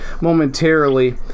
momentarily